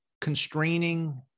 constraining